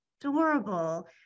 adorable